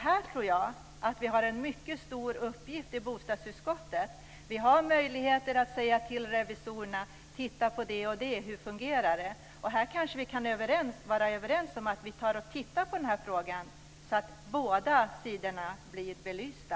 Här tror jag att vi har en mycket stor uppgift i bostadsutskottet. Vi har möjligheter att säga till revisorerna: Titta närmare på det och det! Hur fungerar det? Här kanske vi kan vara överens om att titta på den här frågan så att båda sidorna blir belysta.